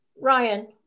Ryan